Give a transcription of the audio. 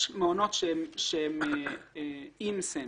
יש מעונות שהם עם סמל,